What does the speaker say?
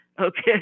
Okay